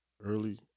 Early